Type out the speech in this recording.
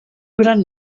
gran